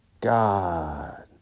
God